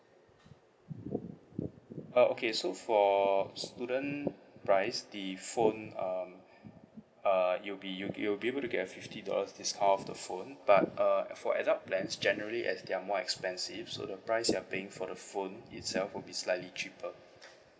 uh okay so for student price the phone um uh it will be you will be able to get a fifty dollars discount off the phone but uh for adult plans generally as they're more expensive so the price you are paying for the phone itself will be slightly cheaper